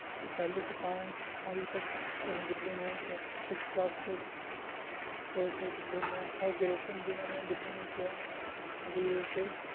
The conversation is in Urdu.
پہلی سے پانچ پانچ تک پرانی دلی میں سکس کلاس سے ٹویلتھ تک دلی میں اور گریجویشن بھی میں نے دلی میں کیا ڈی یو سے